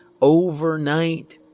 overnight